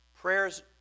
Prayers